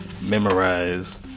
memorize